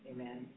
Amen